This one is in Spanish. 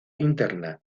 interna